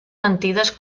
mentides